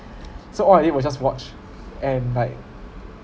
so all of it were just watch and like